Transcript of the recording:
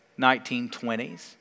1920s